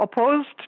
opposed